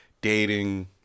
dating